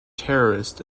terrorists